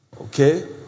Okay